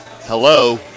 Hello